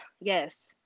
Yes